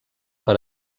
per